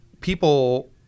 people